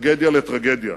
מטרגדיה לטרגדיה,